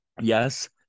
Yes